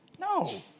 No